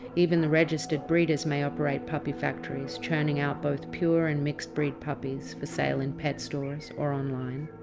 even the registered breeders may operate puppy factories, churning out both pure and mixed-breed puppies for sale in pet stores or online.